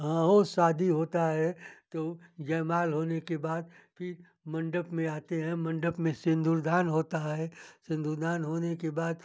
हाँ वो शादी होता है तो जयमाल होने के बाद फिर मंडप में आते हैं मंडप में सिंदूरदान होता है सिंदूरदान होने के बाद